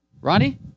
Ronnie